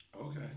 Okay